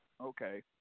Okay